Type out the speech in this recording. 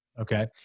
Okay